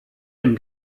dem